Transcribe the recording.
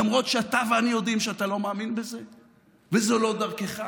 למרות שאתה ואני יודעים שאתה לא מאמין בזה וזו לא דרכך.